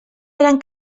eren